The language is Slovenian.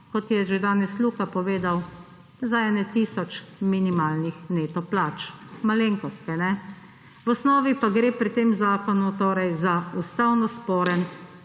Kot je že danes Luka povedal za ene tisoč minimalnih neto plač. Malenkost, kaj ne? V osnovi pa gre pri tem zakonu torej za ustavno sporen,